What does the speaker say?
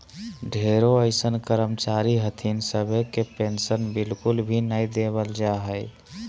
ढेरो अइसन कर्मचारी हथिन सभे के पेन्शन बिल्कुल भी नय देवल जा हय